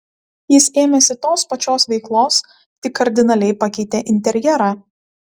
jis ėmėsi tos pačios veiklos tik kardinaliai pakeitė interjerą